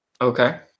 Okay